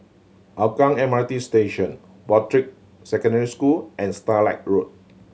Hougang M R T Station Broadrick Secondary School and Starlight Road